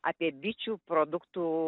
apie bičių produktų